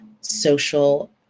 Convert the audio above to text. social